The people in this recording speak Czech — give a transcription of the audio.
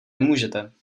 nemůžete